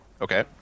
Okay